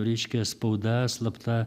reiškia spauda slapta